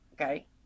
okay